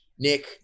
Nick